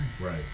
right